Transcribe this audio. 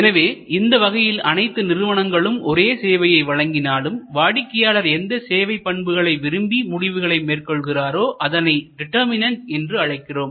எனவே இந்த வகையில் அனைத்து நிறுவனங்களும் ஒரே சேவையை வழங்கினாலும் வாடிக்கையாளர் எந்த சேவை பண்புகளை விரும்பி முடிவுகளை மேற்கொள்கிறாரோ அதனை டிட்டர்மினென்ட் என்று அழைக்கிறோம்